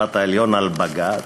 בית-המשפט העליון, על בג"ץ,